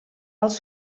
els